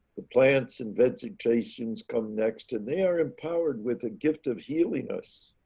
the plants and vegetations come next and they are empowered with a gift of healing us,